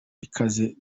ikaze